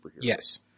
Yes